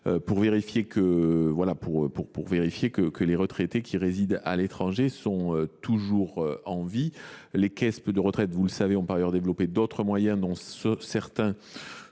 Pour vérifier que les retraités qui résident à l’étranger sont toujours en vie, les caisses de retraite ont par ailleurs développé d’autres moyens, dont certains